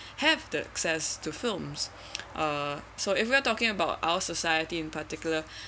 have the access to films uh so if we're talking about our society in particular